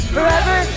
Forever